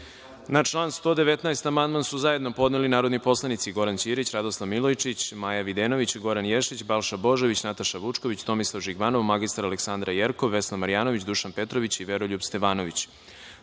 član 119. amandman su zajedno podneli narodni poslanici Goran Ćirić, Radoslav Milojičić, Maja Videnović, Goran Ješić, Balša Božović, Nataša Vučković, Tomislav Žigmanov, mr Aleksandra Jerkov, Vesna Marjanović, Dušan Petrović i Veroljub Stevanović. Vlada